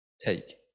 take